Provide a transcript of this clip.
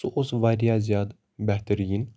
سُہ اوس واریاہ زیادٕ بہتریٖن